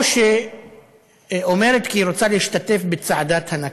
או שהיא אומרת כי היא רוצה להשתתף בצעדת הנכבה,